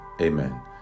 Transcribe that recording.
amen